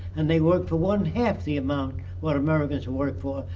and they worked for one half the amount what americans would work for.